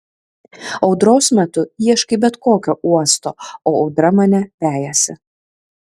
audros metu ieškai bet kokio uosto o audra mane vejasi